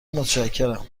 متشکرم